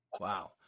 Wow